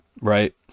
right